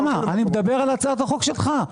אני מדבר על הצעת החוק שלך.